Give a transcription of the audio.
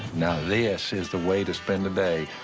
now this is the way to spend the day.